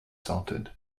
salted